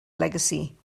legacy